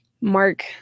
mark